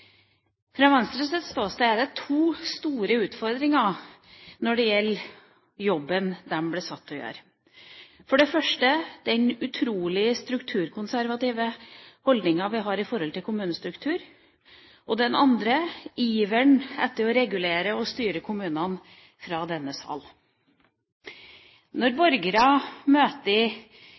Fra Venstres ståsted er det to store utfordringer når det gjelder den jobben de blir satt til å gjøre, for det første den utrolige strukturkonservative holdningen vi har i forhold til kommunestruktur, og for det andre iveren etter å regulere og styre kommunene fra denne sal. Når borgere møter velferdsstaten, eller når borgere møter i